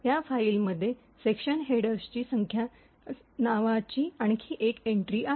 त्या फाईलमध्ये सेक्शन हेडर्सची संख्या नावाची आणखी एक एन्ट्री आहे